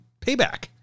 payback